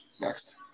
Next